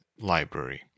library